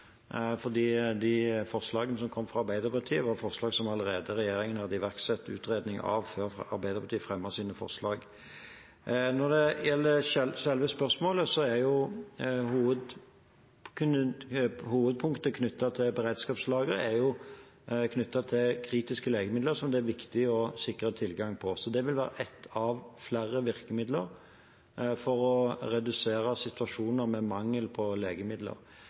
de forslagene som kom fra Arbeiderpartiet, var forslag som regjeringen allerede hadde iverksatt utredning av før Arbeiderpartiet fremmet sine forslag. Når det gjelder selve spørsmålet: Beredskapslagre er knyttet til kritiske legemidler som det er viktig å sikre tilgang på, så det vil være ett av flere virkemidler for å redusere situasjoner med mangel på legemidler.